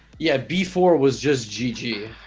yeah b four was just gg um